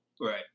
Right